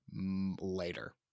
later